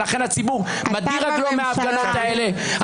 ולכן הציבור מדיר רגלו מההפגנות האלה.